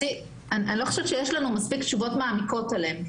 אני לא חושבת שיש לנו תשובות מספיק מעמיקות עליהם.